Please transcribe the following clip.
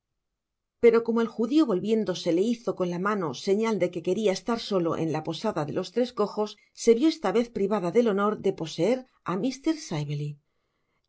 pero como el judio volviéndose le hizo con la mano señal de que queria eslar solo en la posada de los ires cojos se vio esta vez privada del honor de poseer á